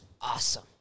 awesome